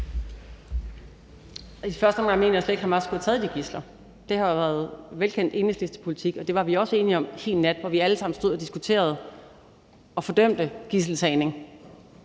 I første omgang mener jeg slet ikke Hamas skulle have taget de gidsler. Det har jo været velkendt Enhedslistepolitik, og det var vi også enige om hin nat, hvor vi alle sammen stod og diskuterede og fordømte gidseltagning,